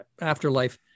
afterlife